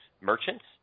merchants